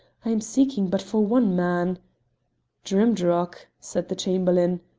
i am seeking but for one man drimdarroch, said the chamberlain.